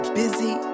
busy